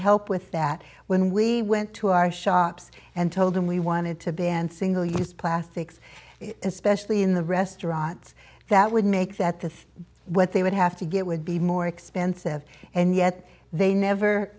help with that when we went to our shops and told them we wanted to ban single use plastics especially in the restaurants that would make that the what they would have to get would be more expensive and yet they never